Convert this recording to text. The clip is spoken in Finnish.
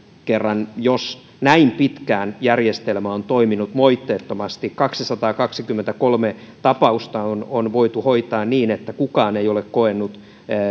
jos kerran näin pitkään järjestelmä on toiminut moitteettomasti kaksisataakaksikymmentäkolme tapausta on on voitu hoitaa niin että kukaan ei ole kokenut